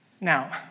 Now